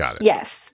Yes